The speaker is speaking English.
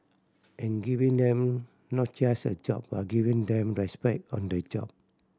and giving them not just a job but giving them respect on the job